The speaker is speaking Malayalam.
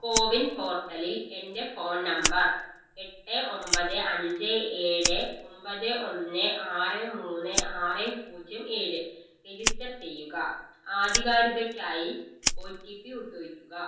കോവിൻ പോർട്ടലിൽ എൻ്റെ ഫോൺ നമ്പർ എട്ട് ഒൻപത് അഞ്ച് ഏഴ് ഒൻപത് ഒന്ന് ആറ് മൂന്ന് ആറ് പൂജ്യം ഏഴ് രജിസ്റ്റർ ചെയ്യുക ആധികാരിതയ്ക്കായി ഒ ടി പി ഉപയോഗിക്കുക